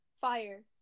Fire